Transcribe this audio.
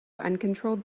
uncontrolled